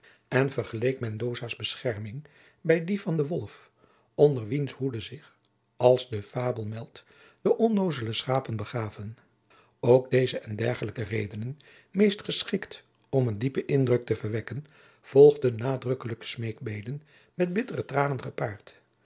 en vergeleek mendozaas bescherming bij die van den wolf onder wiens hoede zich als de fabel meldt de onnoozele schapen begaven op deze en dergelijke redenen meest geschikt om een diepen indruk te verwekken volgden nadrukkelijke smeekgebeden met bittere tranen gepaard